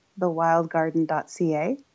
thewildgarden.ca